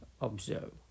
Observe